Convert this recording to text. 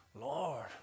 Lord